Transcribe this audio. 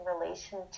relation